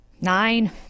Nine